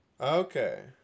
Okay